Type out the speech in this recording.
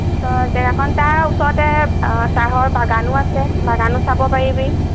তাৰপিছত ডেৰ ঘণ্টাৰ ওচৰতে চাহৰ বাগানো আছে বাগানো চাব পাৰিবি